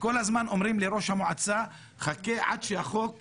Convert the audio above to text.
וכל הזמן אומרים לראש המועצה: חכה עד שהחוק יחודש.